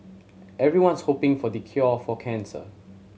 everyone's hoping for the cure for cancer